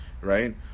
right